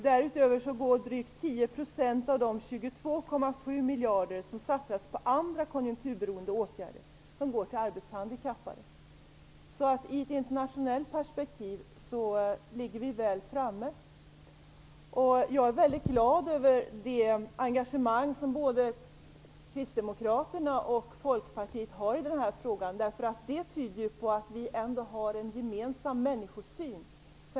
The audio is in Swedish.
Därutöver går drygt internationellt perspektiv ligger vi väl framme. Jag är mycket glad över det engagemang som både Kristdemokraterna och Folkpartiet har i den här frågan. Det tyder på att vi ändå har en gemensam människosyn.